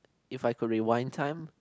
if I could rewind time